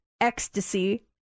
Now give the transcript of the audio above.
ecstasy